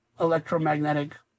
electromagnetic